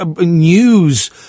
news